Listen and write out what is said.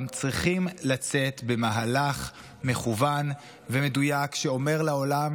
צריכים לצאת במהלך מכוון ומדויק שאומר לעולם: